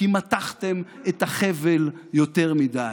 כי מתחתם את החבל יותר מדי.